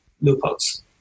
loopholes